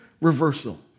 reversal